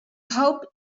hope